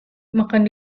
makan